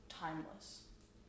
timeless